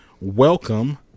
welcome